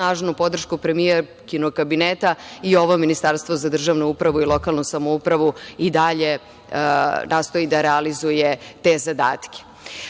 snažnu podršku premijerkinog kabineta i ovo Ministarstvo za državnu upravu i lokalnu samoupravu i dalje nastoji da realizuje te zadatke.U